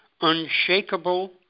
unshakable